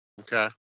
Okay